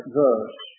verse